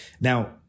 Now